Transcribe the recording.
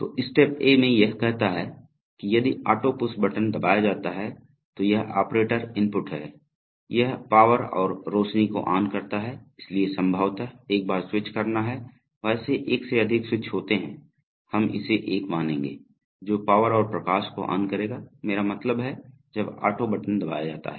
तो step A में यह कहता है कि यदि ऑटो पुश बटन दबाया जाता है तो यह एक ऑपरेटर इनपुट है यह पावर और रोशनी को ऑन करता है इसलिए संभवतः एक बार स्विच करना हैं वैसे एक से अधिक स्विच होते हैं हम इसे एक मानेंगे जो पावर और प्रकाश को ऑन करेगा मेरा मतलब है जब ऑटो बटन दबाया जाता है